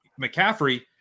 McCaffrey